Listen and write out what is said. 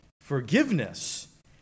forgiveness